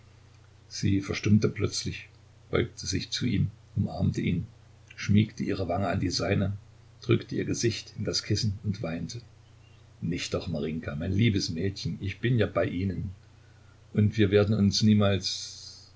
sie verstummte plötzlich beugte sich zu ihm umarmte ihn schmiegte ihre wange an die seine drückte ihr gesicht in das kissen und weinte nicht doch marinjka mein liebes mädchen ich bin ja bei ihnen und wir werden uns niemals